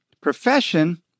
profession